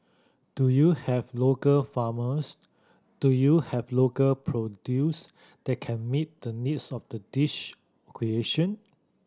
do you have local farmers do you have local produce that can meet the needs of the dish creation